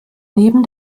neben